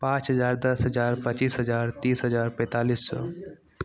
पाँच हजार दस हजार पचीस हजार तीस हजार पैँतालिस सओ